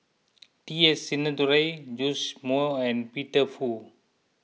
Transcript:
T S Sinnathuray Joash Moo and Peter Fu